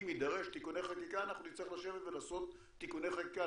ואם יידרשו תיקוני חקיקה אנחנו נצטרך לשבת ולעשות תיקוני חקיקה,